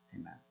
amen